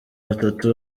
batatu